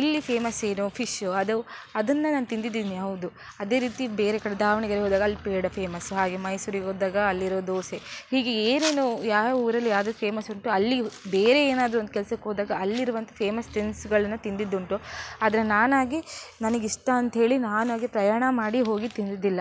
ಇಲ್ಲಿ ಫೇಮಸ್ ಏನು ಫಿಶ್ಶು ಅದು ಅದನ್ನು ನಾನು ತಿಂದಿದ್ದೀನಿ ಹೌದು ಅದೇ ರೀತಿ ಬೇರೆ ಕಡೆ ದಾವಣಗೆರೆಗೋದಾಗ ಅಲ್ಲಿ ಪೇಡಾ ಫೇಮಸ್ಸು ಹಾಗೇ ಮೈಸೂರಿಗೋದಾಗ ಅಲ್ಲಿರೋ ದೋಸೆ ಹೀಗೆ ಏನೇನು ಯಾವ ಊರಲ್ಲಿ ಯಾವುದು ಫೇಮಸ್ಸುಂಟು ಅಲ್ಲಿ ಬೇರೆ ಏನಾದರೂ ಒಂದು ಕೆಲಸಕ್ಕೋದಾಗ ಅಲ್ಲಿರುವಂಥ ಫೇಮಸ್ ತಿನಿಸುಗಳನ್ನು ತಿಂದಿದ್ದುಂಟು ಆದರೆ ನಾನಾಗಿ ನನಗಿಷ್ಟ ಅಂತ್ಹೇಳಿ ನಾನಾಗೇ ಪ್ರಯಾಣ ಮಾಡಿ ಹೋಗಿ ತಿಂದಿದ್ದಿಲ್ಲ